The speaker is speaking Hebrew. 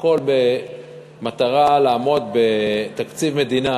הכול במטרה לעמוד בתקציב מדינה